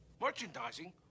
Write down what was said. Merchandising